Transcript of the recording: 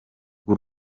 bw’u